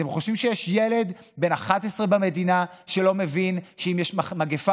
אתם חושבים שיש ילד בן 11 במדינה שלא מבין שאם יש מגפה